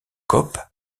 coop